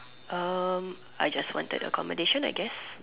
um I just wanted accommodation I guess